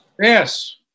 Yes